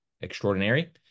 extraordinary